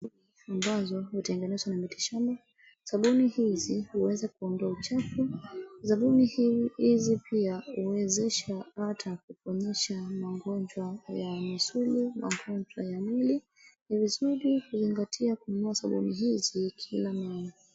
Ambazo hutengenezwa na mitishamba, sabuni hizi huweza kuondoa uchafu. Sabuni hizi pia huwezesha ata kuponesha magonjwa ya misuli, magonjwa ya mwili. Ni vizuri kuzingatia kununua sabuni hizi kila mara.